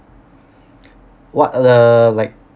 what the like